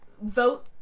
vote